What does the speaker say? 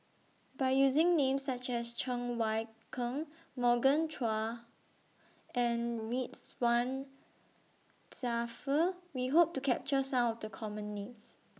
By using Names such as Cheng Wai Keung Morgan Chua and Ridzwan Dzafir We Hope to capture Some of The Common Names